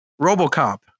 RoboCop